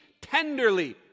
tenderly